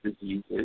diseases